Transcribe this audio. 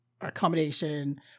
accommodation